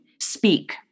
speak